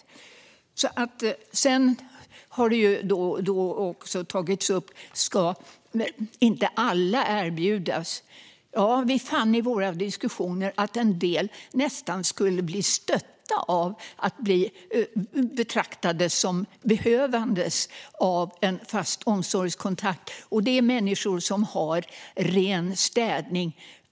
Frågan har även tagits upp om inte alla ska erbjudas detta. Vi fann i våra diskussioner att en del nästan skulle bli stötta av att bli betraktade som någon som behöver en fast omsorgskontakt. Det handlar om människor som har ren städning.